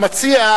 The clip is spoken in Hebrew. המציע,